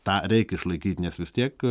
tą reik išlaikyt nes vis tiek